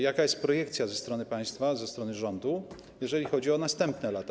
Jaka jest projekcja ze strony państwa, ze strony rządu, jeżeli chodzi o następne lata?